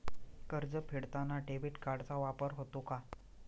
कर्ज फेडताना डेबिट कार्डचा वापर होतो का?